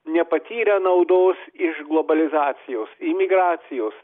nepatyrę naudos iš globalizacijos imigracijos